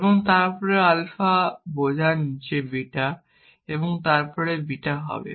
এবং তারপরে আলফা বোঝায় নীচে বিটা এবং তারপরে বিটা হবে